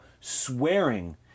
swearing